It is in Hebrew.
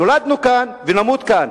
נולדנו כאן ונמות כאן,